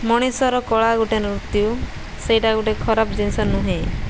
ମଣିଷର କଳା ଗୋଟେ ନୃତ୍ୟ ସେଇଟା ଗୋଟେ ଖରାପ ଜିନିଷ ନୁହେଁ